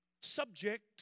subject